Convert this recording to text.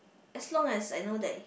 as long as I know that